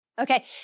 Okay